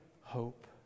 hope